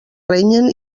renyen